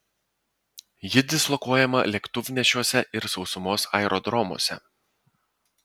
ji dislokuojama lėktuvnešiuose ir sausumos aerodromuose